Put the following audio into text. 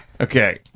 Okay